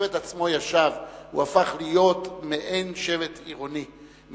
השבט עצמו ישב והוא הפך להיות מעין שבט עירוני,